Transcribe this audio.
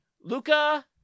Luca